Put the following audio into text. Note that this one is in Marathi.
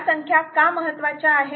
या संख्या का महत्त्वाच्या आहेत